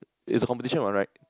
is a competition alright